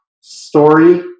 story